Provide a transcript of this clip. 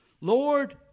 Lord